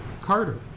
Carter